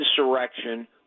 insurrection